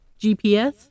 GPS